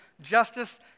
justice